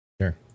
Sure